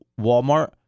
Walmart